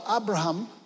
Abraham